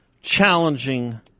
challenging